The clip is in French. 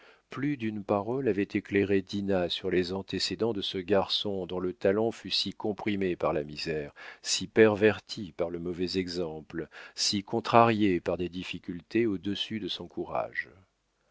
plus d'une parole avait éclairé dinah sur les antécédents de ce garçon dont le talent fut si comprimé par la misère si perverti par le mauvais exemple si contrarié par des difficultés au-dessus de son courage